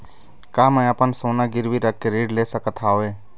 का मैं अपन सोना गिरवी रख के ऋण ले सकत हावे?